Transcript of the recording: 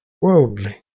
worldly